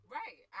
right